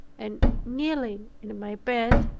and kneeling in my bed,